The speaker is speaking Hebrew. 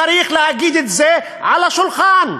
צריך להגיד את זה על השולחן: